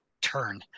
turn